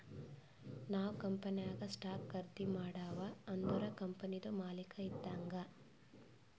ನಾವ್ ಕಂಪನಿನಾಗ್ ಸ್ಟಾಕ್ ಖರ್ದಿ ಮಾಡಿವ್ ಅಂದುರ್ ಕಂಪನಿದು ಮಾಲಕ್ ಇದ್ದಂಗ್